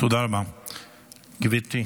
גידול משמעותי